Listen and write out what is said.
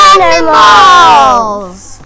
Animals